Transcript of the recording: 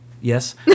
Yes